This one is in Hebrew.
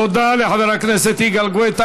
תודה לחבר הכנסת יגאל גואטה.